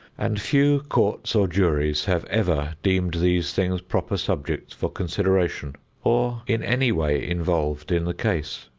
and few courts or juries have ever deemed these things proper subjects for consideration or in any way involved in the case.